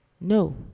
no